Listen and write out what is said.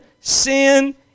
sin